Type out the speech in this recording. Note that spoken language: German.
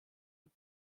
und